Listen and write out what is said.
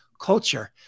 culture